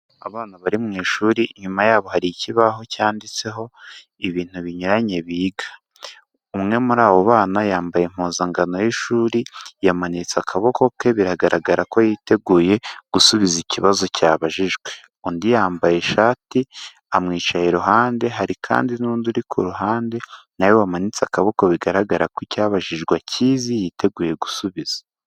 Abana bari mu ishuri inyuma y'abo hari ikibaho cyanditseho ibintu binyuranye biga, umwe muri abo bana yambaye impuzangano y'ishuri yamanitse akaboko ke biragaragara ko yiteguye gusubiza ikibazo cyabajijwe, undi yambaye ishati amwicaye iruhande hari kandi n'undi uri ku ruhande nawe wamanitse akaboko bigaragara ko icyabajijwe akizi yiteguye gusubiza.